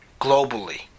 globally